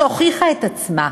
שהוכיחה את עצמה,